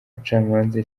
bacamanza